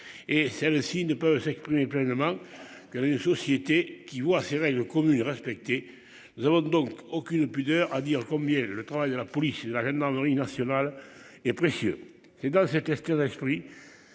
et celle-ci ne peut s'exprimer pleinement. Que les, une société qui voit ses règles communes. Nous avons donc aucune pudeur à dire combien le travail de la police et la gendarmerie nationale est précieux. C'est dans cet esprit